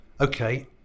okay